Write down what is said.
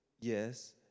Yes